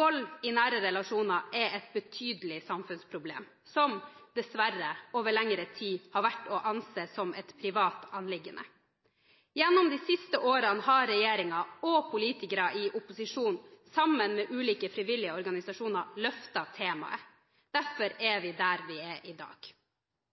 Vold i nære relasjoner er et betydelig samfunnsproblem, som dessverre over lengre tid har vært ansett som et privat anliggende. Gjennom de siste årene har regjeringen – og politikere i opposisjonen – sammen med ulike frivillige organisasjoner løftet temaet. Derfor er vi der vi er i dag.